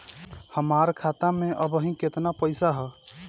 हमार खाता मे अबही केतना पैसा ह?